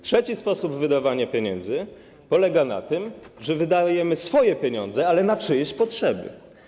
Trzeci sposób wydawania pieniędzy polega na tym, że wydajemy swoje pieniądze, ale na czyjeś potrzeby.